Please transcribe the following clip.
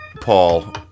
Paul